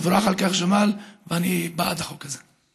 תבורך על כך, ג'מאל, ואני בעד החוק הזה.